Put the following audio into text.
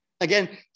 Again